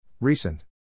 Recent